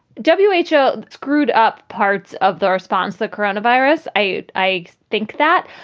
w h o. screwed up parts of the response, that coronavirus. i. i think that.